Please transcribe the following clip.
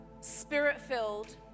spirit-filled